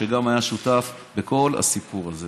שגם היה שותף בכל הסיפור הזה.